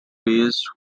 based